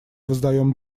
воздаем